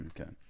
Okay